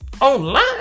online